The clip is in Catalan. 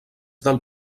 del